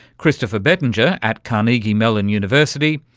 christopher bettinger at carnegie mellon university,